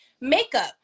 makeup